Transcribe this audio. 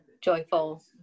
joyful